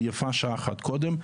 ויפה שעה אחת קודם.